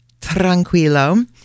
tranquilo